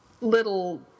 little